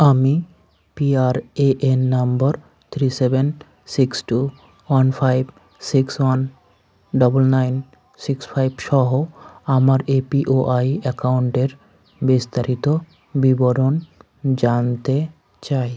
আমি PRAN number three seven six two one five six one double nine six ফাইভসহ আমার APY অ্যাকাউন্টের বিস্তারিত বিবরণ জানতে চাই